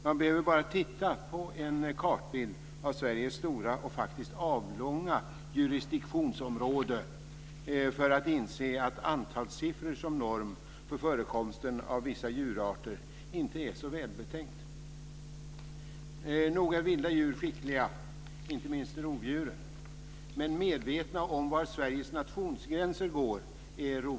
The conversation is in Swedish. Man behöver bara titta på en kartbild av Sveriges stora, och faktiskt avlånga jurisdiktionsområde, för att inse att antalssiffror som norm för förekomsten av vissa djurarter inte är så välbetänkt. Nog är vilda djur skickliga, och det gäller inte minst rovdjuren, men de är inte medvetna om var Sveriges nationsgränser går.